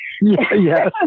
Yes